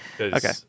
Okay